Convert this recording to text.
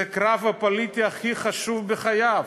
זה הקרב הפוליטי הכי חשוב בחייו.